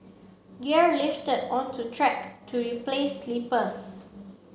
gear lifted unto track to replace sleepers